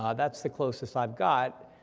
ah that's the closest i've got,